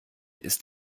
ist